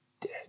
dead